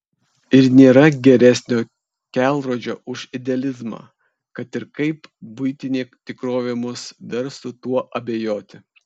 ir nėra geresnio kelrodžio už idealizmą kad ir kaip buitinė tikrovė mus verstų tuo abejoti